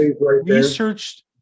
researched